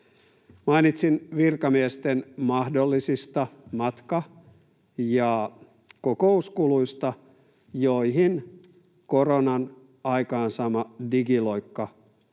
Mainitsin virkamiesten mahdollisista matka- ja kokouskuluista, joihin koronan aikaansaama digiloikka